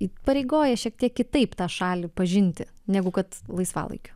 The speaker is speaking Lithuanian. įpareigoja šiek tiek kitaip tą šalį pažinti negu kad laisvalaikiu